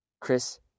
Chris